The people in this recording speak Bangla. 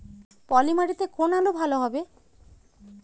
পলি মাটিতে কোন আলু ভালো হবে?